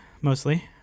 mostly